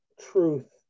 truth